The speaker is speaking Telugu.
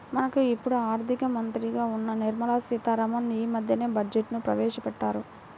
మనకు ఇప్పుడు ఆర్థిక మంత్రిగా ఉన్న నిర్మలా సీతారామన్ యీ మద్దెనే బడ్జెట్ను ప్రవేశపెట్టారు